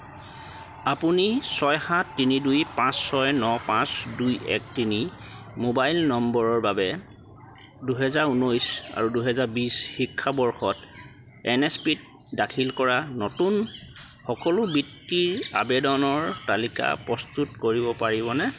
আপুনি ছয় সাত তিনি দুই পাঁচ ছয় ন পাঁচ দুই এক তিনি মোবাইল নম্বৰৰ বাবে দুহেজাৰ উনৈছ আৰু দুহেজৰ বিছ শিক্ষাবৰ্ষত এন এছ পি ত দাখিল কৰা নতুন সকলো বৃত্তিৰ আবেদনৰ তালিকা প্ৰস্তুত কৰিব পাৰিবনে